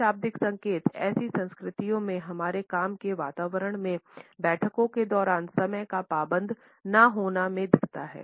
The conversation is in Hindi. अशाब्दिक संकेत ऐसी संस्कृतियों में हमारे काम के वातावरण में बैठकों के दौरान समय का पाबंद न होना में दीखते हैं